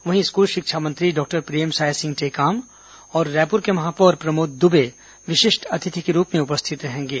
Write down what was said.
वहीं स्कूल शिक्षा मंत्री डॉक्टर प्रेमसाय सिंह टेकाम और रायप्र के महापौर प्रमोद दुबे विशिष्ट अतिथि के रूप में उपस्थित रहेंगे